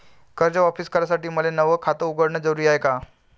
कर्ज वापिस करासाठी मले नव खात उघडन जरुरी हाय का?